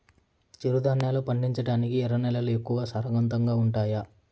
చిరుధాన్యాలు పండించటానికి ఎర్ర నేలలు ఎక్కువగా సారవంతంగా ఉండాయా